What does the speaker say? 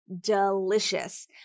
Delicious